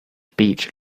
beach